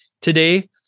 today